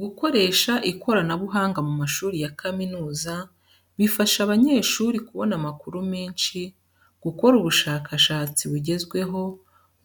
Gukoresha ikoranabuhanga mu mashuri ya kaminuza bifasha abanyeshuri kubona amakuru menshi, gukora ubushakashatsi bugezweho